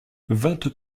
vingt